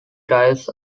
drives